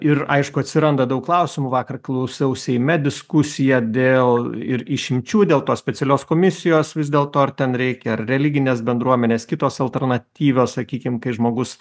ir aišku atsiranda daug klausimų vakar klausiau seime diskusija dėl ir išimčių dėl to specialios komisijos vis dėlto ar ten reikia ar religinės bendruomenės kitos alternatyvios sakykim kai žmogus